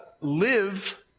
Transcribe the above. live